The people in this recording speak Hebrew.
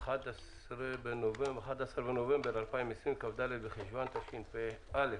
11 בנובמבר 2020, כ"ד בחשוון תשפ"א.